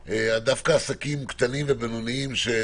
עסקים קטנים ובינוניים מתוך העניין הזה.